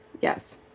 Yes